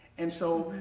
and so,